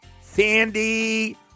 Sandy